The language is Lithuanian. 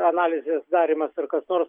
analizės darymas ar kas nors